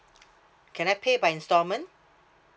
can I pay by installment